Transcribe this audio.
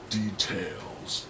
details